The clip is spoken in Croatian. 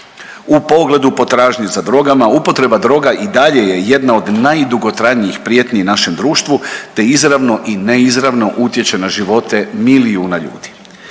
U pogledu potražnje za drogama upotreba droga i dalje je jedna od najdugotrajnijih prijetnji našem društvu te izravno i neizravno utječe na živote milijuna ljudi.